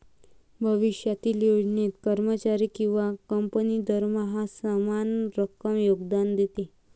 भविष्यातील योजनेत, कर्मचारी किंवा कंपनी दरमहा समान रक्कम योगदान देते